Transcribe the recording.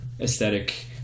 aesthetic